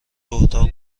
اتاق